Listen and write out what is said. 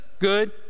good